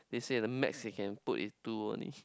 they say the max they can put is two only